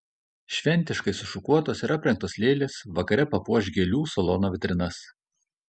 šventiškai sušukuotos ir aprengtos lėlės vakare papuoš gėlių salono vitrinas